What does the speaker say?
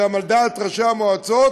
וזה גם על דעת ראשי המועצות.